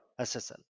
SSL